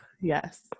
Yes